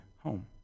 home